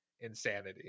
insanity